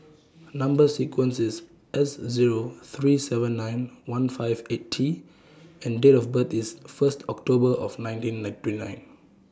Number sequence IS S Zero three seven nine one five eight T and Date of birth IS First October of nineteen twenty nine